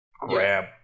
grab